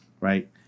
Right